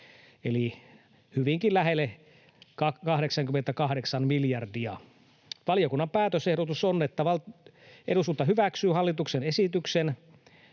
eli hyvinkin lähelle 88 miljardia. Valiokunnan päätösehdotus on, että eduskunta hyväksyy hallituksen esitykseen